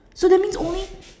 so that means only